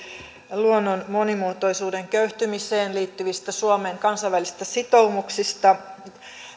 luonnon monimuotoisuuden köyhtymiseen liittyvistä suomen kansainvälisistä sitoumuksista